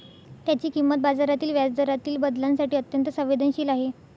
त्याची किंमत बाजारातील व्याजदरातील बदलांसाठी अत्यंत संवेदनशील आहे